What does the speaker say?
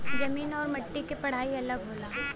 जमीन आउर मट्टी क पढ़ाई अलग होला